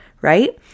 right